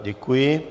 Děkuji.